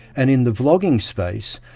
and in the vlogging space,